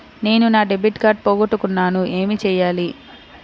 నేను నా debit card పోగొట్టుకున్నాను ఏమి చేయాలి?